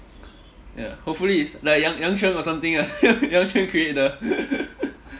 ya hopefully like yang yang quan got something lah yang quan create the